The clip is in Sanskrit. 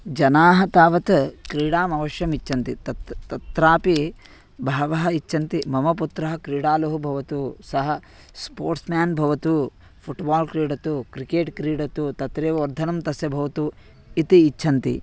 जनाः तावत् क्रीडाम् अवश्यमिच्छन्ति तत् तत्रापि बहवः इच्छन्ति मम पुत्रः क्रीडालुः भवतु सः स्पोर्ट्स् मेन् भवतु फ़ुट्बाल् क्रीडतु क्रिकेट् क्रीडतु तत्रैव वर्धनं तस्य भवतु इति इच्छन्ति